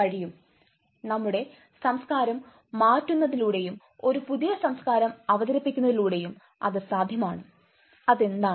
കഴിയും നമ്മുടെ സംസ്കാരം മാറ്റുന്നതിലൂടെയും ഒരു പുതിയ സംസ്കാരം അവതരിപ്പിക്കുന്നതിലൂടെയും അത് സാധ്യമാണ് അതെന്താണ്